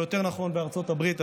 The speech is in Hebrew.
או יותר נכון בארצות הברית,